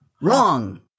Wrong